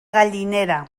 gallinera